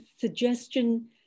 suggestion